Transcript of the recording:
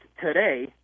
today